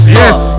yes